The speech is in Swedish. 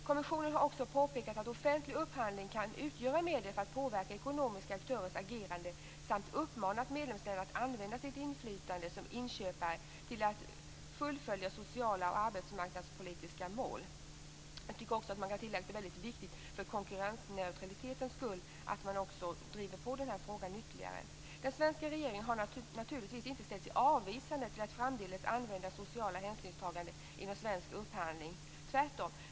Kommissionen har också påpekat att offentlig upphandling kan utgöra medel för att påverka ekonomiska aktörers agerande samt uppmanat medlemsländerna att använda sitt inflytande som inköpare till att fullfölja sociala och arbetsmarknadspolitiska mål. Jag tycker också att man kan tillägga att det är väldigt viktigt för konkurrensneutralitetens skull att man driver på den här frågan ytterligare. Den svenska regeringen har naturligtvis inte ställt sig avvisande till att framdeles använda socialt hänsynstagande inom svensk upphandling - tvärtom.